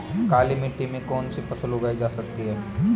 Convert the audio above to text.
काली मिट्टी में कौनसी फसल उगाई जा सकती है?